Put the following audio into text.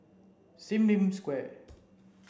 Sim Lim Square